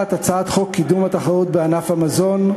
1. הצעת חוק קידום התחרות בענף המזון,